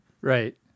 Right